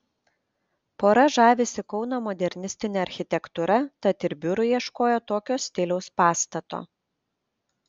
pora žavisi kauno modernistine architektūra tad ir biurui ieškojo tokio stiliaus pastato